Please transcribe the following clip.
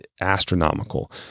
astronomical